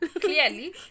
Clearly